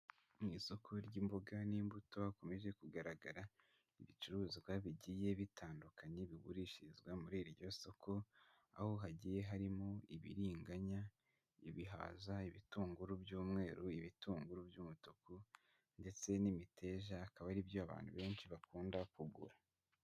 Mu isoko ry'imboga n'imbuto hakomeje kugaragara ibicuruzwa bigiye bitandukanye bigurishirizwa muri iryo soko, aho hagiye harimo ibiringanya, ibihaza, ibitunguru by'umweru, ibitunguru by'umutuku ndetse n'imiteja, akaba ari byo abantu benshi bakunda kugura.